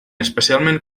especialment